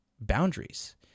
boundaries